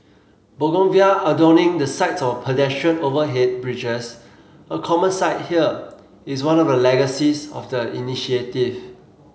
bougainvillea adorning the sides of pedestrian overhead bridges a common sight here is one of the legacies of the initiative